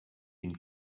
une